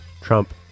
Trump